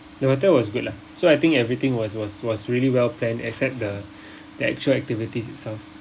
the hotel was good lah so I think everything was was was really well-planned except the the actual activities itself